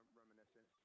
reminiscent